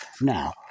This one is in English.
Now